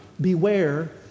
beware